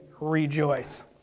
rejoice